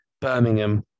birmingham